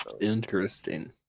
Interesting